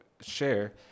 share